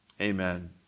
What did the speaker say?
Amen